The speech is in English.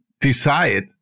decide